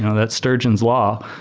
that's sturgeon's law.